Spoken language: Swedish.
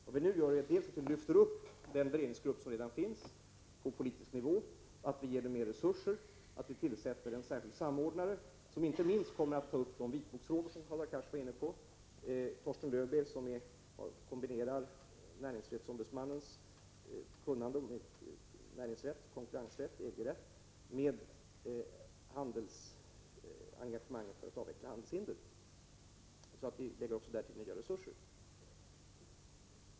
Vad vi nu gör är att lyfta upp den beredningsgrupp som redan finns på politisk nivå, att ge den mer resurser och att tillsätta en särskild samordnare — som kommer att ta upp inte minst de vitboksfrågor som Hadar Cars var inne på — nämligen Torsten Löwbeer, som kombinerar näringsfrihetsombudsmannens kunnande om näringsrätt, konkurrensrätt och EG-rätt med engagemanget för att avveckla handelshinder. Vi anslår alltså nya resurser för det här arbetet.